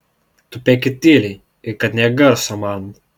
tupėkit tyliai ir kad nė garso man